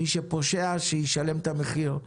מי שפושע, שישלם את המחיר,